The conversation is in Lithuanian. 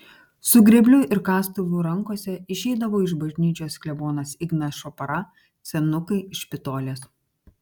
su grėbliu ir kastuvu rankose išeidavo iš bažnyčios klebonas ignas šopara senukai iš špitolės